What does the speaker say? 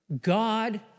God